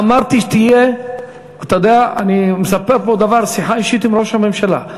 אמרתי, אני מספר פה שיחה אישית עם ראש הממשלה.